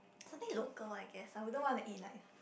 something local I guess I wouldn't want to eat like